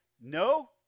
no